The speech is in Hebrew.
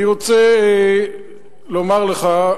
אני רוצה לומר לך,